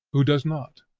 who does not?